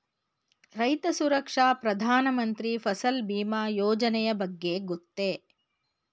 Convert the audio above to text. ರೈತ ಸುರಕ್ಷಾ ಪ್ರಧಾನ ಮಂತ್ರಿ ಫಸಲ್ ಭೀಮ ಯೋಜನೆಯ ಬಗ್ಗೆ ಗೊತ್ತೇ?